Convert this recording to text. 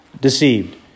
deceived